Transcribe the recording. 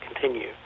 continue